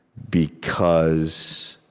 because,